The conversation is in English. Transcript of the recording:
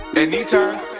Anytime